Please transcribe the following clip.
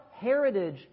heritage